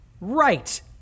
right